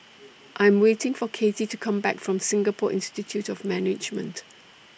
I Am waiting For Katy to Come Back from Singapore Institute of Management